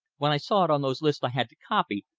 when i saw it on those lists i had to copy,